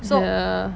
ya